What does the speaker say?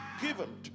given